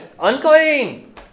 Unclean